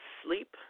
sleep